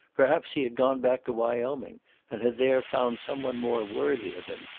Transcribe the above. perhaps he had gone back to wyoming and had there found some one more worthy of im,